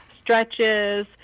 stretches